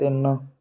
ਤਿੰਨ